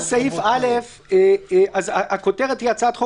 אז הכותרת תהיה,